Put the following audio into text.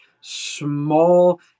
small